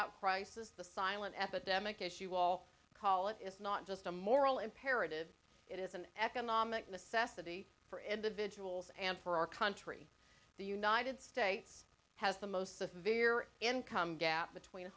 out crisis the silent epidemic as you all call it is not just a moral imperative it is an economic necessity for individuals and for our country the united states has the most severe income gap between